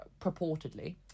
purportedly